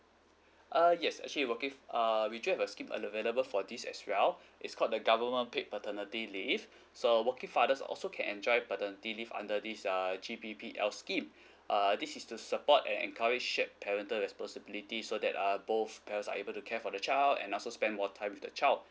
uh yes actually we'll give err we do have a scheme available for this as well it's called the government paid paternity leave so working fathers also can enjoy paternity leave under this uh G_P_P_L scheme uh this is to support and encourage shared parental responsibility so that uh both parents are able to care for the child and also spend more time with the child